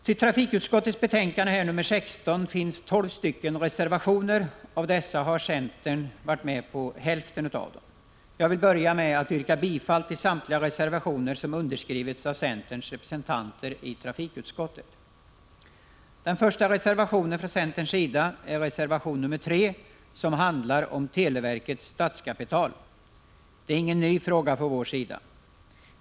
Till trafikutskottets betänkande nr 16 finns tolv reservationer, av vilka centern ensam står för en och är delaktig i fem. Jag vill börja med att yrka bifall till samtliga de reservationer där centerns representanter i trafikutskottet finns med. Den första reservationen från centerns sida är reservation nr 3, som handlar om televerkets statskapital. Det är ingen ny fråga från vår sida.